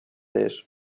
ees